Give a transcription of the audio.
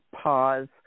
pause